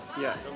Yes